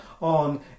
on